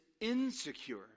insecure